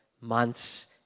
months